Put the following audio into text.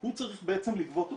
הוא צריך לגבות אותה.